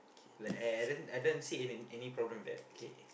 then then I don't I don't see any any problem with that okay